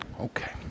Okay